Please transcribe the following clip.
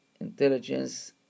intelligence